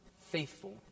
faithful